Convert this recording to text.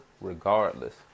regardless